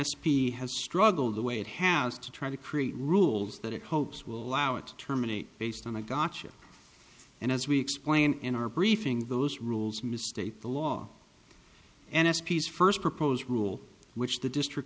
p has struggled the way it has to try to create rules that it hopes will allow it to terminate based on a gotcha and as we explained in our briefing those rules misstate the law and s p s first proposed rule which the district